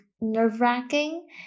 nerve-wracking